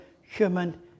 human